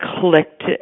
clicked